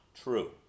true